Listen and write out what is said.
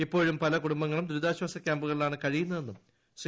ഇപ്പോഴും പല കുടുംബങ്ങളും ദുരിതാശ്വാസ ക്യാമ്പുകളിലാണ് കഴിയുന്നതെന്നും ശ്രീ